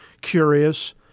curious